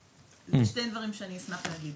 ויש לי שני דברים שאני אשמח להגיד.